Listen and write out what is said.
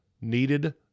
needed